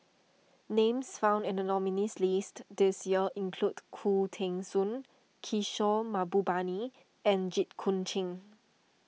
names found in the nominees' list this year include Khoo Teng Soon Kishore Mahbubani and Jit Koon Ch'ng